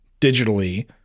digitally